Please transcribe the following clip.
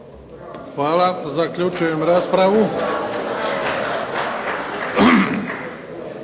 Hvala. Zaključujem raspravu.